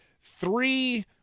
three